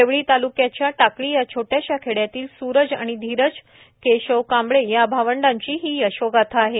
देवळी तालुक्याच्या टाकळी चणाजी या छोट्याशा खेड्यातील सूरज व धीरज केशव कांबळे या भावंडाची ही यशोगाथा आहे